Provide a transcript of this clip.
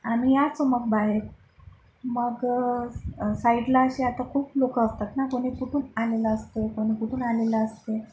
आम्ही यायचो मग बाहेर मग साईडला असे आता खूप लोकं असतात ना कोणी कुठून आलेलं असते कोणी कुठून आलेलं असते